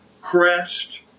crest